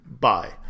Bye